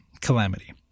calamity